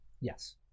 Yes